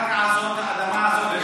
זאת הזדמנות גדולה,